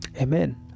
amen